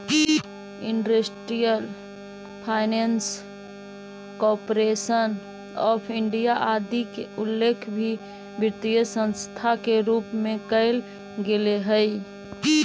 industrial finance corporation of India आदि के उल्लेख भी वित्तीय संस्था के रूप में कैल गेले हइ